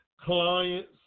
clients